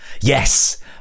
yes